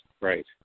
right